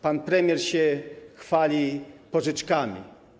Pan premier się chwali pożyczkami.